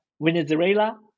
Venezuela